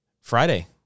Friday